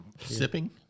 sipping